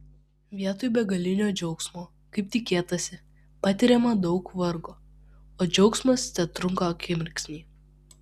vietoj begalinio džiaugsmo kaip tikėtasi patiriama daug vargo o džiaugsmas tetrunka akimirksnį